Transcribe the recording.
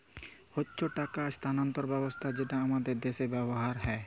হচ্যে টাকা স্থানান্তর ব্যবস্থা যেটা হামাদের দ্যাশে ব্যবহার হ্যয়